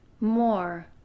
more